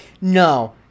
No